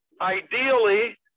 ideally